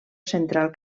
central